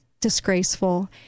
disgraceful